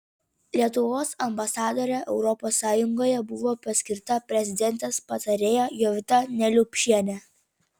lietuvos ambasadore europos sąjungoje buvo paskirta prezidentės patarėja jovita neliupšienė